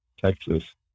Texas